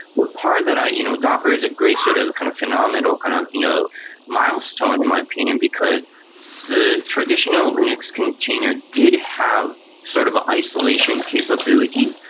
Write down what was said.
the part that you know docker is a great sort of kind of phenomenal kind of you know milestone in my opinion, because the traditional linux container did have sort of isolation capability,